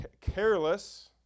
careless